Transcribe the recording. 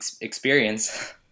experience